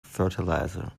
fertilizer